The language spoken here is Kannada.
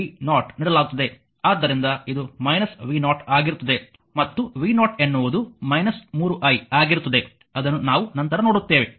ಆದ್ದರಿಂದ ಇದು v0 ಆಗಿರುತ್ತದೆ ಮತ್ತು v0 ಎನ್ನುವುದು 3i ಆಗಿರುತ್ತದೆ ಅದನ್ನು ನಾವು ನಂತರ ನೋಡುತ್ತೇವೆ